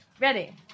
ready